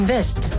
West